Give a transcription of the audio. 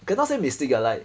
kay not say mistake ah like